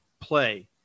play